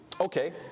okay